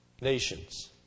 nations